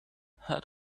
had